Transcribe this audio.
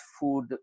food